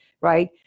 right